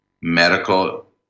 medical